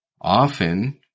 often